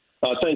Thank